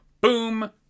Boom